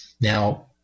Now